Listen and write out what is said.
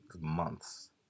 months